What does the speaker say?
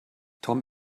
tom